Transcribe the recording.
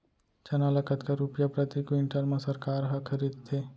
चना ल कतका रुपिया प्रति क्विंटल म सरकार ह खरीदथे?